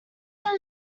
them